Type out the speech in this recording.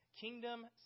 kingdom